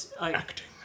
acting